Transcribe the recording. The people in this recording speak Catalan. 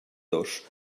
dos